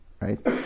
Right